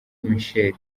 michael